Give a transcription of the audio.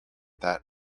that